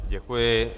Děkuji.